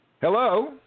Hello